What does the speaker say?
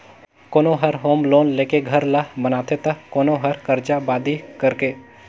कोनो हर home loan लेके घर ल बनाथे त कोनो हर करजा बादी करके